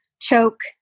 choke